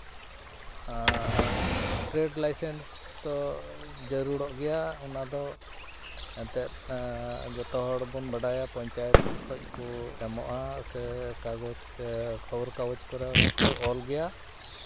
trade licence ᱫᱚ ᱡᱟᱹᱨᱩᱲᱚᱜ ᱜᱮᱭᱟ ᱚᱱᱟ ᱫᱚ ᱮᱱᱛᱮᱫ ᱡᱚᱛᱚ ᱦᱚᱲ ᱵᱚᱱ ᱵᱟᱲᱟᱭᱟ ᱯᱚᱧᱪᱟᱭᱮᱛ ᱠᱷᱚᱱ ᱠᱚ ᱮᱢᱚᱜᱼᱟ ᱥᱮ ᱠᱟᱜᱚᱡᱽ ᱠᱷᱚᱵᱚᱨ ᱠᱟᱜᱚᱡᱽ ᱠᱚᱨᱮ ᱦᱚᱸᱠᱚ ᱚᱞ ᱜᱮᱭᱟ